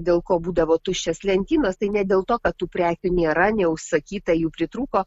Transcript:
dėl ko būdavo tuščios lentynos tai ne dėl to kad tų prekių nėra neužsakyta jų pritrūko